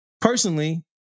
Personally